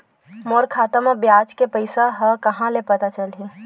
मोर खाता म ब्याज के पईसा ह कहां ले पता चलही?